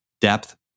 depth